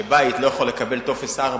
שבית לא יכול לקבל טופס 4